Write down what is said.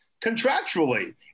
contractually